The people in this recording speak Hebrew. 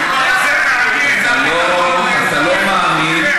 אתה לא מאמין,